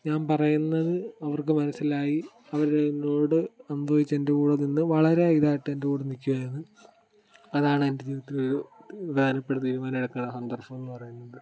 ഞാൻ പറയുന്നത് അവർക്ക് മനസിലായി അവർ എന്നോട് സമ്മതിച്ച് എൻ്റെ കൂടെ നിന്ന് വളരെ ഇതായിട്ട് എൻ്റെ കൂടെ നിൽക്കുവായിരുന്നു അതാണ് എൻ്റെ ജീവിതത്തിൽ ഒരു പ്രധാനപ്പെട്ട തീരുമാനം എടുക്കാനുള്ള സന്ദർഭം എന്ന് പറയുന്നത്